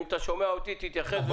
אם אתה שומע אותי, תתייחס.